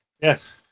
yes